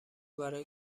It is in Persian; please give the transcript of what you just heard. برای